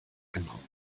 genommen